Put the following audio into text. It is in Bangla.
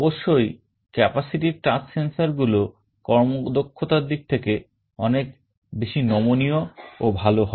অবশ্যই capacitive touch sensor গুলো কর্মক্ষমতার দিক থেকে অনেক বেশি নমনীয় ও ভালো হয়